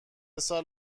سال